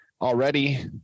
Already